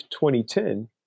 2010